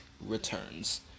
returns